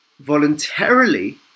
voluntarily